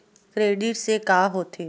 Credit से का होथे?